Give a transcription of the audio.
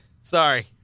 Sorry